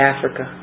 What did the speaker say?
Africa